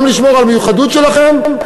גם לשמור על המיוחדות שלכם,